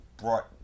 brought